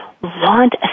want